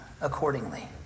accordingly